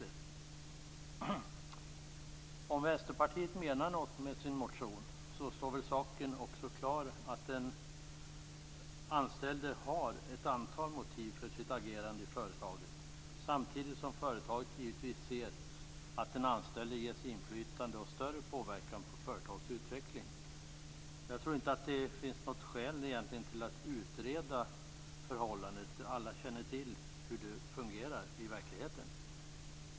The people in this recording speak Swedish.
Om ni i Vänsterpartiet menar något med er motion står det väl klart att den anställde har ett antal motiv för sitt agerande i företaget, samtidigt som företaget givetvis ser att den anställde ges inflytande och en större påverkan på företagets utveckling. Jag tror inte att det egentligen finns något skäl att utreda det förhållandet; alla känner till hur det i verkligheten fungerar.